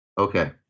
Okay